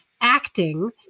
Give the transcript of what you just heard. Acting